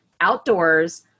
outdoors